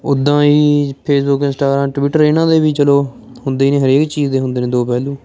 ਉਦਾਂ ਹੀ Facebook Instagram Twitter ਇਹਨਾਂ ਦੇ ਵੀ ਚੱਲੋ ਹੁੰਦੇ ਨੇ ਹਰੇਕ ਚੀਜ਼ ਦੇ ਹੁੰਦੇ ਨੇ ਦੋ ਪਹਿਲੂ